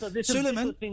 Suleiman